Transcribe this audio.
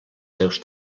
seus